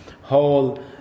whole